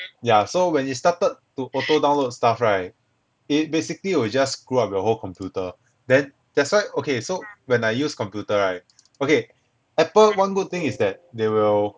ya so when it started to auto download stuff right it basically you will just screw up your whole computer then that's why okay so when I use computer right okay apple one good thing is that they will